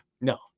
no